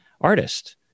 artist